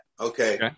Okay